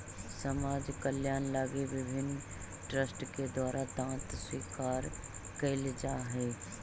समाज कल्याण लगी विभिन्न ट्रस्ट के द्वारा दांत स्वीकार कैल जा हई